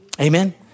Amen